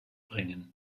bringen